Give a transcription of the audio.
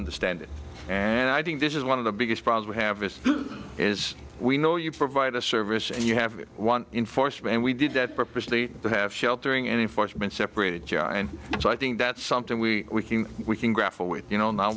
understand it and i think this is one of the biggest problems we have is is we know you provide a service and you have one in force and we did that purposely to have sheltering enforcement separate joe and so i think that's something we we can grapple with you know